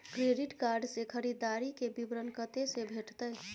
Credit card से खरीददारी के विवरण कत्ते से भेटतै?